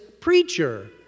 preacher